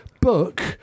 book